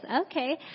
Okay